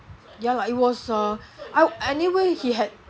ya lah it was uh I anyway he had